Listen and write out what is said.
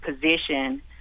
position